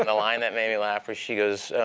and line that made me laugh was, she goes,